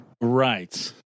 Right